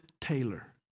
Taylor